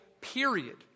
period